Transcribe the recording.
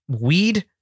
weed